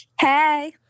Hey